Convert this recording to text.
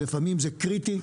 אבל לפעמים זה קריטי,